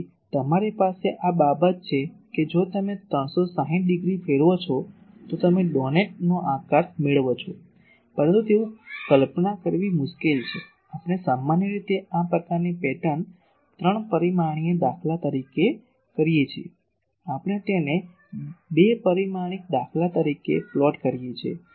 તેથી તમારી પાસે આ બાબત છે કે જો તમે 360 ડીગ્રી ફેરવો છો તો તમે ડોનેટનો આકાર મેળવો છો પરંતુ તેવું કલ્પના કરવી મુશ્કેલ છે આપણે સામાન્ય રીતે આ પ્રકારની પેટર્ન ત્રણ પરિમાણીય દાખલા તરીકે કરીએ છીએ આપણે તેને બે પરિમાણિક દાખલા તરીકે પ્લોટ કરીએ છીએ